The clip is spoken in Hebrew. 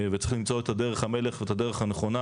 וצריך למצוא את דרך המלך ואת הדרך הנכונה